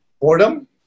boredom